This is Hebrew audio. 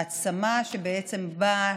העצמה שבעצם באה